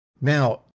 now